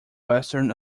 western